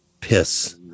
piss